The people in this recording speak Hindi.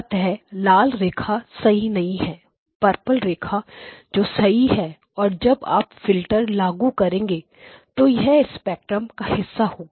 अतः लाल रेखा सही नहीं है पर्पल रेखा जो सही है और जब आप फिल्टर लागू करेंगे तो यह स्पेक्ट्रम का हिस्सा होगी